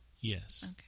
Yes